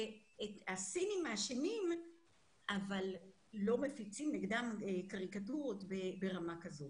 שאת הסינים מאשימים אבל לא מפיצים נגדם קריקטורות ברמה כזאת.